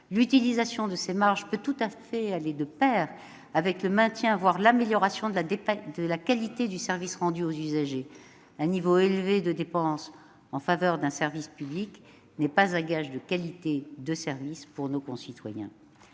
L'utilisation de ces marges peut tout à fait aller de pair avec le maintien, voire l'amélioration de la qualité du service rendu aux usagers : un niveau élevé de dépenses en faveur d'un service public n'est pas un gage de qualité de service pour nos concitoyens.